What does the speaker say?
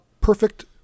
perfect